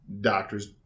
doctors